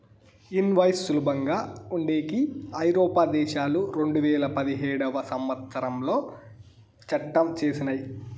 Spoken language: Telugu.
ఇన్వాయిస్ సులభంగా ఉండేకి ఐరోపా దేశాలు రెండువేల పదిహేడవ సంవచ్చరంలో చట్టం చేసినయ్